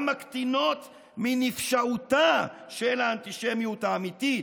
מקטינות מנפשעותה של האנטישמיות האמיתית.